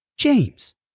James